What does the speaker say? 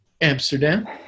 Amsterdam